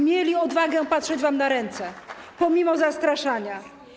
Mieli odwagę patrzeć wam na ręce pomimo zastraszania.